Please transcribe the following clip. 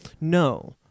No